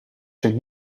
zijn